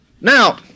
Now